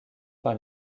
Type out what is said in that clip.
par